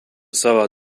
savo